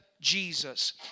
Jesus